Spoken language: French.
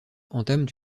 entament